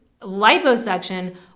liposuction